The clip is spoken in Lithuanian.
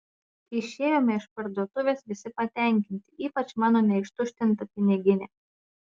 išėjome iš parduotuvės visi patenkinti ypač mano neištuštinta piniginė